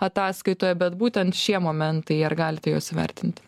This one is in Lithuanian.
ataskaitoje bet būtent šie momentai ar galite juos įvertinti